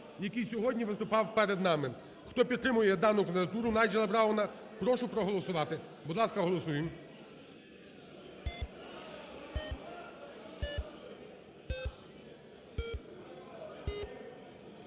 який сьогодні виступав перед нами. Хто підтримує дану кандидатуру Найджела Брауна, прошу проголосувати. Будь ласка, голосуємо.